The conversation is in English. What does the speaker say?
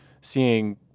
seeing